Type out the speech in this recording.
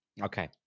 Okay